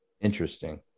Interesting